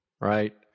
right